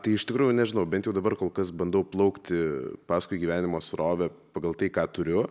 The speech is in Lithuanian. tai iš tikrųjų nežinau bet jau dabar kol kas bandau plaukti paskui gyvenimo srovę pagal tai ką turiu